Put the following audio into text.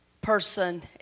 person